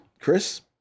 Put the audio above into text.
Chris